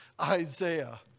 Isaiah